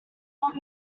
not